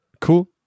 Cool